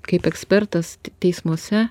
kaip ekspertas teismuose